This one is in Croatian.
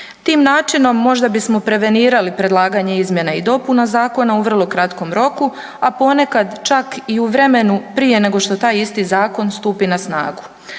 Tim načinom možda bismo prevenirali predlagatelj izmjena i dopuna zakona u vrlo kratkom roku, a ponekad čak i u vremenu prije nego što taj isti zakon stupi na snagu.